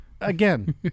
Again